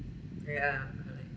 yeah correct